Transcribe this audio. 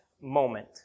moment